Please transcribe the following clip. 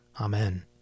Amen